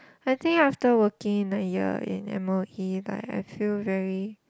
I think after working a year in m_o_e like I feel very